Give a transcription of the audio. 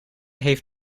heeft